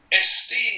Esteem